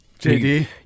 JD